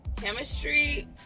chemistry